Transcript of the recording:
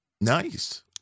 Nice